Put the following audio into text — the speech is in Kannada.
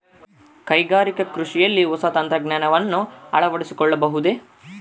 ಕೈಗಾರಿಕಾ ಕೃಷಿಯಲ್ಲಿ ಹೊಸ ತಂತ್ರಜ್ಞಾನವನ್ನ ಅಳವಡಿಸಿಕೊಳ್ಳಬಹುದೇ?